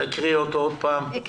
תקריאי אותו עוד פעם.